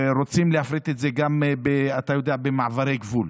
רוצים להפריט את זה גם במעברי גבול,